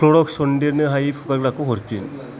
Clorox सन्देरनो हायि फुगारग्राखौ हरफिन